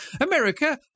America